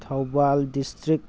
Thoubal district